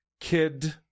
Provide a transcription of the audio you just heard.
kid